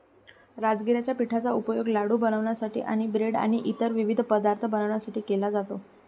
राजगिराच्या पिठाचा उपयोग लाडू बनवण्यासाठी आणि ब्रेड आणि इतर विविध पदार्थ बनवण्यासाठी केला जातो